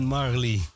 Marley